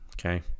Okay